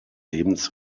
lebens